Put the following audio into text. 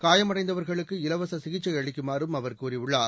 காயமடைந்தவர்களுக்கு இலவச சிகிச்சை அளிக்குமாறும் அவர் கூறியுள்ளார்